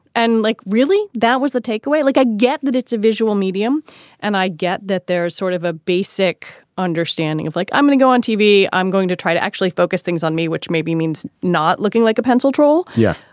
and like, really, that was the take away, like i get that it's a visual medium and i get that there's sort of a basic understanding of like i'm going to go on tv, i'm going to try to actually focus things on me, which maybe means not looking like a pencil troll yeah,